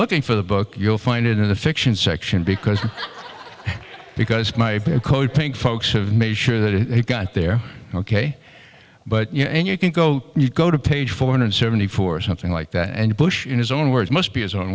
looking for the book you'll find it in the fiction section because because my code pink folks have made sure that he got there ok but you know and you can go you go to page four hundred seventy four something like that and bush in his own words must be is o